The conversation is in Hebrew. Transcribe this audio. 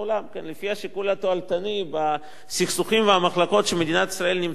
לפי השיקול התועלתני בסכסוכים ובמחלוקות שמדינת ישראל נמצאת בהם,